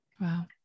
Wow